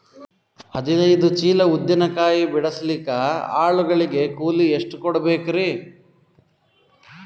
ಹದಿನೈದು ಚೀಲ ಉದ್ದಿನ ಕಾಯಿ ಬಿಡಸಲಿಕ ಆಳು ಗಳಿಗೆ ಕೂಲಿ ಎಷ್ಟು ಕೂಡಬೆಕರೀ?